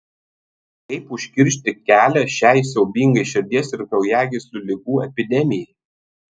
kaip užkirsti kelią šiai siaubingai širdies ir kraujagyslių ligų epidemijai